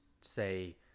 say